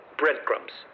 breadcrumbs